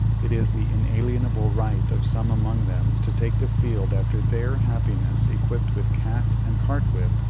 it is the inalienable right of some among them, to take the field after their happiness equipped with cat and cartwhip,